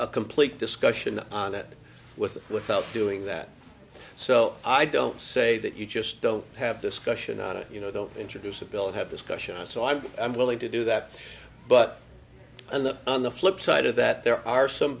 a complete discussion on it with without doing that so i don't say that you just don't have discussions on it you know they'll introduce a bill and have discussion so i'm willing to do that but and the on the flip side of that there are some